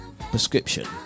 prescription